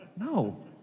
No